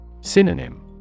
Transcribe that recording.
Synonym